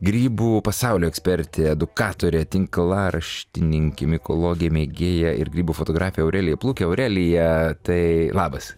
grybų pasaulio ekspertė edukatorė tinklaraštininkė mikologė mėgėja ir grybų fotografė aurelija plukė aurelija tai labas